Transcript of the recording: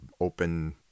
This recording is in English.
open